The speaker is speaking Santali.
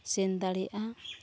ᱥᱮᱱ ᱫᱟᱲᱮᱭᱟᱜᱼᱟ